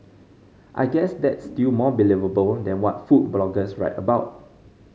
I guess that's still more believable than what 'food' bloggers write about